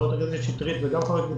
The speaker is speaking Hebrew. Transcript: לחברת הכנסת שטרית וגם חבר הכנסת פורר,